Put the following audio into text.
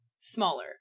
smaller